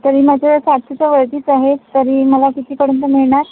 तरी माझे सातशेच्या वरतीच आहे तरी मला कितीपर्यंत मिळणार